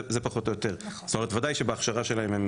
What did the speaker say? ודאי שבהכשרה שלהם הם